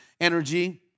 energy